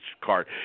card